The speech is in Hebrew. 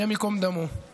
השם ייקום דמו.